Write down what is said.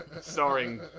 Starring